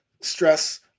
stress